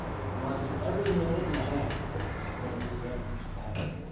runs every minute and a half when we have these times.